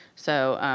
so,